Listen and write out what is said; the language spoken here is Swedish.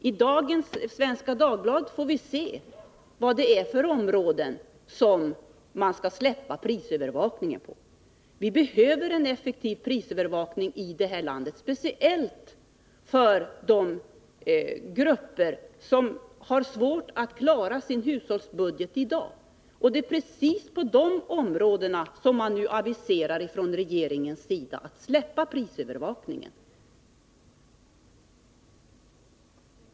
I dagens Svenska Dagbladet kan vi se på vilka områden man skall släppa prisövervakningen. Vi behöver en effektiv prisövervakning, speciellt för de grupper som i dag har svårt att klara sin hushållsbudget. Men det är precis på de områdena som regeringen aviserar att man skall släppa prisövervakningen.